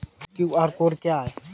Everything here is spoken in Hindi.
क्यू.आर कोड क्या है?